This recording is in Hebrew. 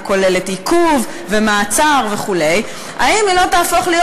וכוללת עיכוב ומעצר וכו' אם היא לא תהפוך להיות